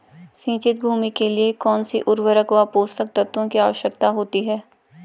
सिंचित भूमि के लिए कौन सी उर्वरक व पोषक तत्वों की आवश्यकता होती है?